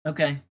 Okay